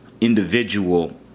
individual